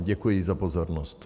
Děkuji za pozornost.